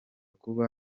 kuba